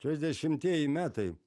trisdešimtieji metai